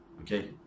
Okay